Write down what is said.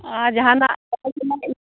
ᱟᱨ ᱡᱟᱦᱟᱱᱟᱜ